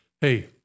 hey